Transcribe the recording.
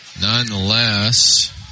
nonetheless